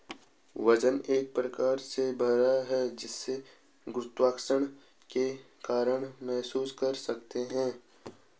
वजन एक प्रकार से भार है जिसे गुरुत्वाकर्षण के कारण महसूस कर सकते है